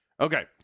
Okay